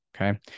Okay